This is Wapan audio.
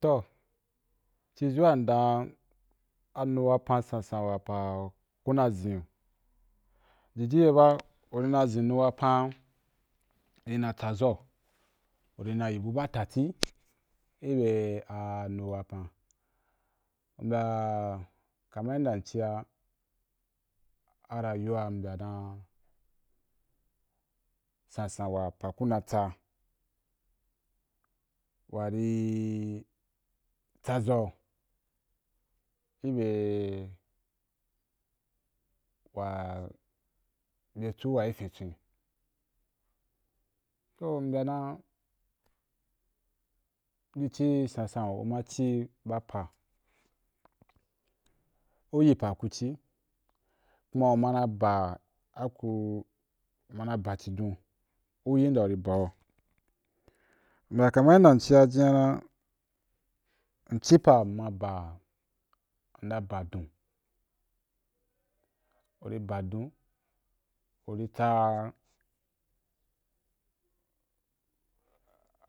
Toh ci zu wa ndan anu wapan sansan wa pa ku na zin’u jìjì ye ba u rí na zin nu wapan’a i na tsa za u urì na yi bu bata ti i be a nu wapan u mbya kam an inda mci’a arayuwa mbya dan sansan wa pa ku na tsa wa ri tsa za’u i be wa be chu wa i fintwen, so mbya dan ri ci sansan u ma ci ba pa, u yi pa ku ci, ku ma u ma nana ba a ku u ma na ba chidon u yi inda u ri bau u mbya kaman inda ncia jinyana, mci pa mma ba mna ba dun urì ba dun uri tsa